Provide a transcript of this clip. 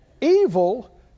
Evil